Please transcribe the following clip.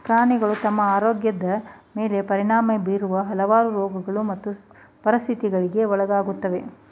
ಪ್ರಾಣಿಗಳು ತಮ್ಮ ಆರೋಗ್ಯದ್ ಮೇಲೆ ಪರಿಣಾಮ ಬೀರುವ ಹಲವಾರು ರೋಗಗಳು ಮತ್ತು ಪರಿಸ್ಥಿತಿಗಳಿಗೆ ಒಳಗಾಗುತ್ವೆ